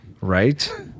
right